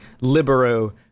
Libero